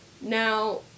Now